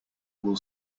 will